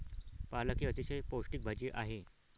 पालक ही अतिशय पौष्टिक भाजी आहे